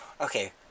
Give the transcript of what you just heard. Okay